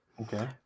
Okay